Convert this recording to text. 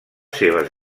seves